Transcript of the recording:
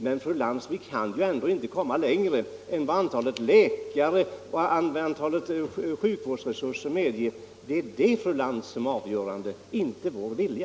Men, fru Lantz, vi kan ändå inte komma längre än antalet läkare och sjukvårdsresurser medger. Det är detta som är avgörande, inte vår vilja.